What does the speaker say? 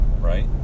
right